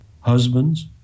husbands